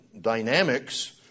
dynamics